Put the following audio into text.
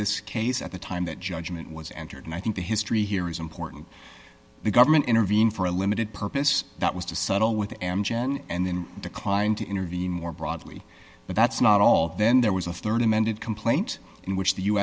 this case at the time that judgment was entered and i think the history here is important the government intervene for a limited purpose that was to settle with amgen and then declined to intervene more broadly but that's not all then there was a rd amended complaint in which the u